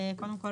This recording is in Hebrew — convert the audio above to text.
קודם כול,